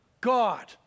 God